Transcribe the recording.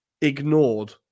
ignored